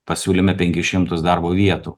pasiūlėme penkis šimtus darbo vietų